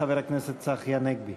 חבר הכנסת צחי הנגבי.